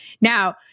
now